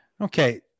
Okay